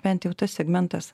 bent jau tas segmentas